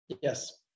yes